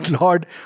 lord